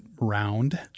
round